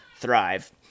thrive